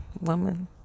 Woman